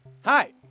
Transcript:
Hi